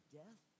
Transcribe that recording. death